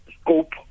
scope